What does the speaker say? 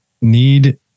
need